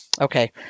Okay